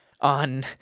on